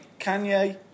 Kanye